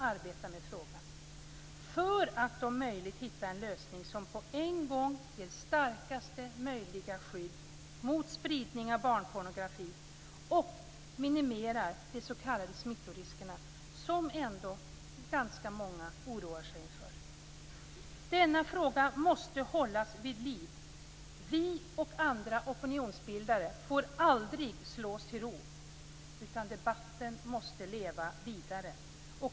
Detta skall göras för att om möjligt hitta en lösning som på en gång ger starkast möjliga skydd mot spridning av barnpornografi och minimerar de s.k. smittoriskerna, som ändå ganska många oroar sig för. Denna fråga måste hållas vid liv! Vi och andra opinionsbildare får aldrig slå oss till ro. Debatten måste leva vidare.